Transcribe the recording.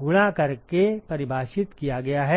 गुणा करके परिभाषित किया गया है